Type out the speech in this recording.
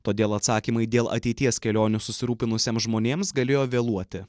todėl atsakymai dėl ateities kelionių susirūpinusiems žmonėms galėjo vėluoti